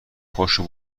پاشو